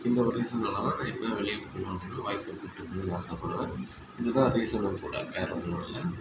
இந்த ஒரு ரீசன்னால் தான் நான் எப்பையும் வெளியே போகணும் அப்படின்னா ஒய்ஃப்பை கூப்பிட்டுப் போகணுன்னு ஆசைப்படுவேன் இதுதான் ரீசன்னும் கூட வேறு ஒன்று இல்லை